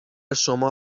شما